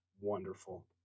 Wonderful